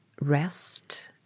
rest